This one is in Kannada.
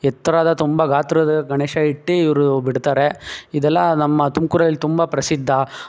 ಎತ್ತರದ ತುಂಬ ಗಾತ್ರದ ಗಣೇಶ ಇಟ್ಟು ಇವರು ಬಿಡ್ತಾರೆ ಇದೆಲ್ಲ ನಮ್ಮ ತುಮ್ಕೂರಲ್ಲಿ ತುಂಬ ಪ್ರಸಿದ್ಧ